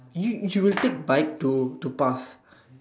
you you will take bike to past